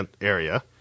area